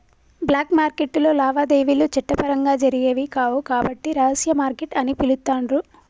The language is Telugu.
బ్లాక్ మార్కెట్టులో లావాదేవీలు చట్టపరంగా జరిగేవి కావు కాబట్టి రహస్య మార్కెట్ అని పిలుత్తాండ్రు